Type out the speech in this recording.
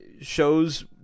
shows –